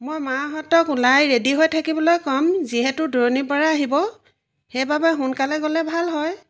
মই মাহঁতক ওলাই ৰেডি হৈ থাকিবলৈ ক'ম যিহেতু দূৰণিৰ পৰা আহিব সেইবাবে সোনকালে গ'লে ভাল হয়